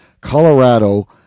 Colorado